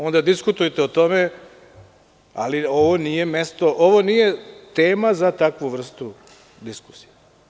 Onda diskutujte o tome, ali ovo nije tema za takvu vrstu diskusije.